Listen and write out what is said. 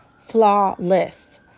flawless